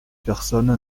personne